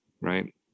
right